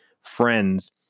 friends